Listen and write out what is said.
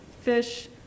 fish